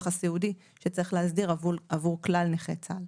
הסיעודי שצריך להסדיר עבור כלל נכי צה"ל.